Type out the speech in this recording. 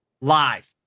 live